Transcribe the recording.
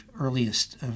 earliest